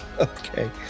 Okay